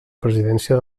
presidència